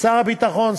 שר הביטחון,